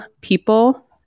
people